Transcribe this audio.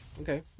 Okay